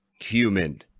human